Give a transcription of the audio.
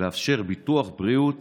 לאפשר ביטוח בריאות